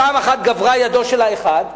פעם אחת גברה ידו של האחד,